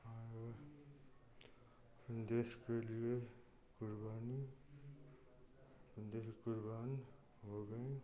और देश के लिए कुर्बानी दिल कुर्बान हो गए